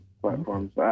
platforms